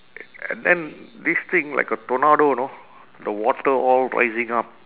a~ and then this thing like a tornado know the water all rising up